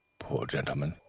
poor gentleman.